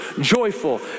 joyful